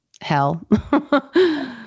hell